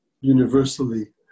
universally